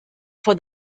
for